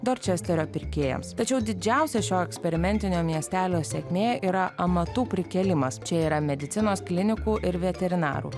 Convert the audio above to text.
dorčesterio pirkėjams tačiau didžiausia šio eksperimentinio miestelio sėkmė yra amatų prikėlimas čia yra medicinos klinikų ir veterinarų